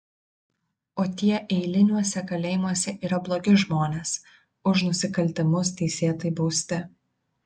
o tie eiliniuose kalėjimuose yra blogi žmonės už nusikaltimus teisėtai bausti